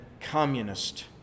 communist